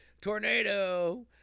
tornado